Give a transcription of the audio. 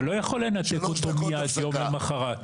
אתה לא יכול לנתק אותם מיד יום למוחרת.